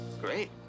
Great